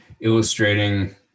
illustrating